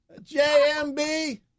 JMB